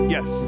Yes